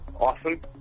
awesome